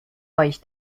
euch